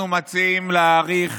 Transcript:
אנחנו מציעים להאריך